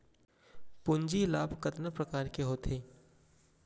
पूंजी लाभ कतना प्रकार के होथे?